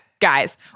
guys